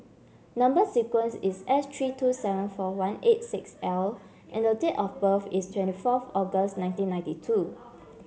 number sequence is S three two seven four one eight six L and the date of birth is twenty fourth August nineteen ninety two